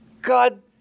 God